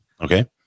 Okay